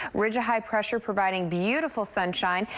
ridge of high pressure providing beautiful sunshine.